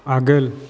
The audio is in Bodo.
आगोल